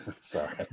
Sorry